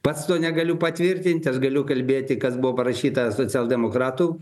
pats to negaliu patvirtint aš galiu kalbėti kas buvo parašyta socialdemokratų